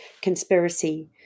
conspiracy